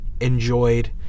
enjoyed